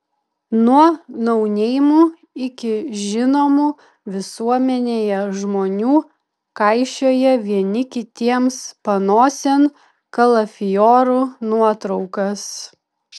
nuo nouneimų iki žinomų visuomenėje žmonių kaišioja vieni kitiems panosėn kalafiorų nuotraukas